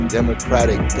Democratic